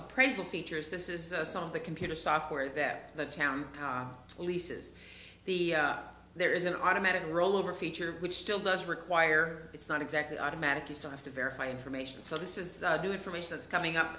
appraisal features this is us on the computer software that the town leases the there is an automatic rollover feature which still doesn't require it's not exactly automatic you still have to verify information so this is the new information that's coming up